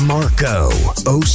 Marco